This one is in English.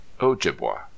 ojibwa